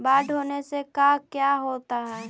बाढ़ होने से का क्या होता है?